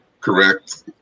correct